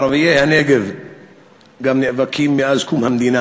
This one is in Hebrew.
ערביי הנגב גם נאבקים מאז קום המדינה